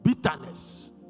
Bitterness